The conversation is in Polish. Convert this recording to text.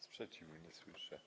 Sprzeciwu nie słyszę.